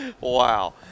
wow